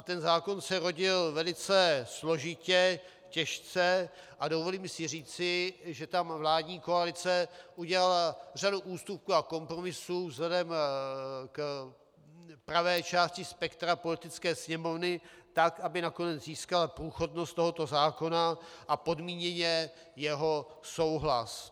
Ten zákon se rodil velice složitě, těžce a dovolím si říci, že tam vládní koalice udělala řadu ústupků a kompromisů vzhledem k pravé části spektra Poslanecké sněmovny, tak aby nakonec získala průchodnost tohoto zákona a podmíněně jeho souhlas.